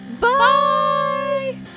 Bye